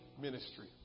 ministry